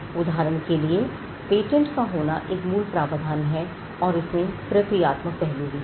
उदाहरण के लिए पेटेंट का होना एक मूल प्रावधान है और इसमें प्रक्रियात्मक पहलू भी हैं